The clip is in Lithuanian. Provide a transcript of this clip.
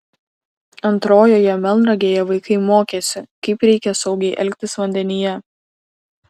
antrojoje melnragėje vaikai mokėsi kaip reikia saugiai elgtis vandenyje